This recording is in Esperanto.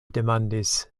demandis